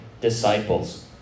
disciples